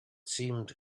seemed